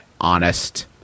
honest